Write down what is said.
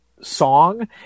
song